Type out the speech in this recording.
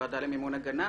הוועדה למימון הגנה,